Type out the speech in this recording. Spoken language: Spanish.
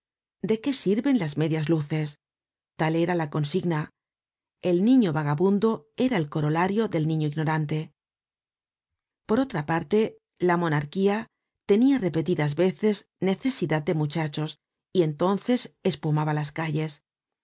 de qué sirven las medias luces tal era la consigna el niño vagabundo era el corolario del niño ignorante por otra parte la monarquía tenia repetidas veces necesidad de muchachos y entonces espumaba las calles